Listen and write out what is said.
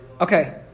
Okay